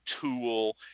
tool